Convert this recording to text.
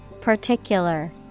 Particular